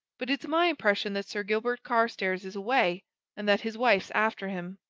but it's my impression that sir gilbert carstairs is away and that his wife's after him.